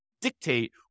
dictate